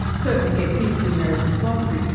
certainly gets into american philosophy,